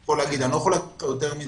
אני לא יכול להגיד לך יותר מזה.